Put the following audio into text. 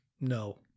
no